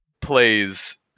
plays